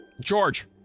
George